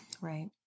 Right